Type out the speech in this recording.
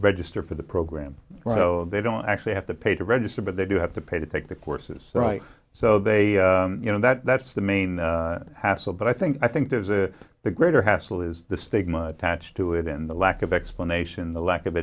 register for the program they don't actually have to pay to register but they do have to pay to take the courses right so they you know that that's the main hassle but i think i think there's a the greater hassle is the stigma attached to it in the lack of explanation the lack of